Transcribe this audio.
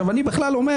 אני בכלל אומר,